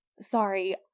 Sorry